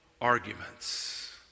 arguments